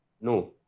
no